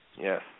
Yes